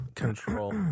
Control